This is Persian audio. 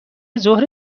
ظهر